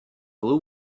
blue